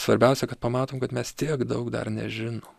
svarbiausia kad pamatom kad mes tiek daug dar nežinom